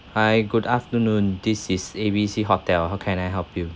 hi good afternoon this is A B C hotel how can I help you